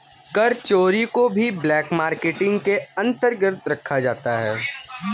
कर चोरी को भी ब्लैक मार्केटिंग के अंतर्गत रखा जाता है